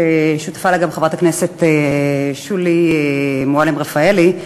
ששותפה לה חברת הכנסת שולי מועלם-רפאלי,